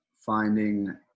finding